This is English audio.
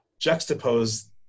juxtapose